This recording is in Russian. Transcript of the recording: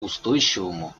устойчивому